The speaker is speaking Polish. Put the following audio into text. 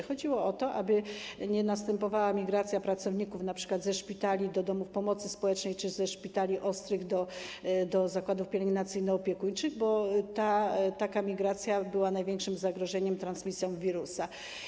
Chodziło o to, aby nie następowała migracja pracowników np. ze szpitali do domów pomocy społecznej czy ze szpitali ostrych do zakładów pielęgnacyjno-opiekuńczych, bo taka migracja była największym zagrożeniem ze względu na transmisję wirusa.